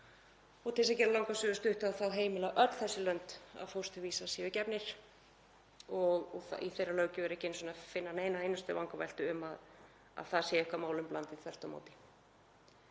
og til að gera langa sögu stutta þá heimila öll þessi lönd að fósturvísar séu gefnir og í þeirri löggjöf er ekki einu sinni að finna eina einustu vangaveltu um að það sé eitthvað málum blandið. Þvert á móti.